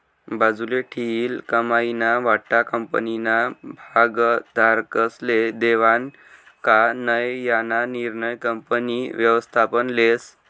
बाजूले ठीयेल कमाईना वाटा कंपनीना भागधारकस्ले देवानं का नै याना निर्णय कंपनी व्ययस्थापन लेस